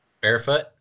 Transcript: Barefoot